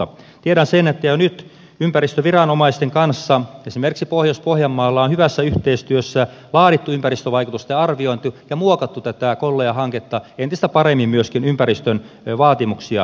tiedän sen että jo nyt ympäristöviranomaisten kanssa esimerkiksi pohjois pohjanmaalla on hyvässä yhteistyössä laadittu ympäristövaikutusten arviointi ja muokattu tätä kollaja hanketta entistä paremmin myöskin ympäristön vaatimuksia täyttäen